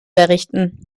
errichten